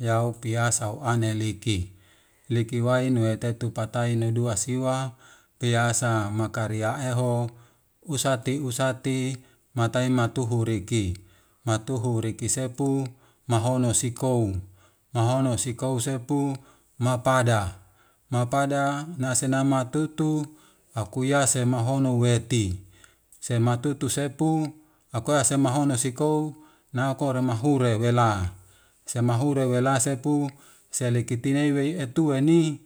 Yaupiasa aneliki liki wai nawei tetu patai neduasiwa piasa mokariaeho usatti usatti matai matuhu riki matuhu rikisepu mahonosikou, mahonosikou seppu mapada. Mapada na senamatutu akuia semohonouweti. Sematutu seppu akoya semahona sikou na kora mahure wela, semahoure wela seppu seliketiweiedduwani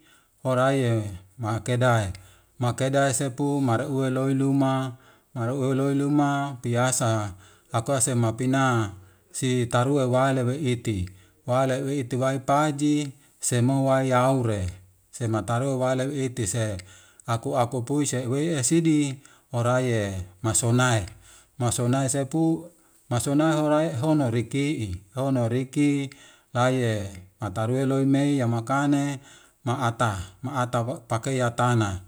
warai makedae. Makedae seppu, mauelouluma, mauelouluma piasa lakosemapina sitarue waeleweiti, waeleweiti waipaji semou waiyaure semataru waleitise, aku akupuse weiesidi oraie masonae, masonae seppu masonae horae honoriki'i, honoriki laie atarue loimei yamakane ma'ata, ma'ata wauppaukei yatana,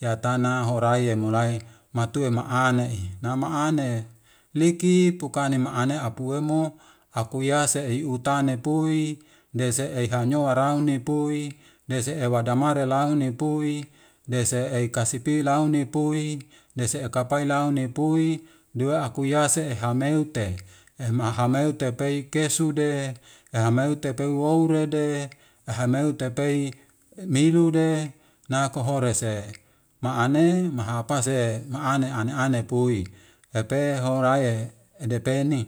yatana horai yemolai matue maanehi, namaane liki pukane maane apuemo apuyase eiutanetui dese eihanyowara pui. Dese e wadamare launi pui. Dese eikasipi launi pui. Dese e kapai launi pui. Due aku yase e hameute. ema hameute pey kesude. ehameute pey wourede. E hameute pey milude na kohorese maane maapase maane ane ane pui epe horae e depe ni.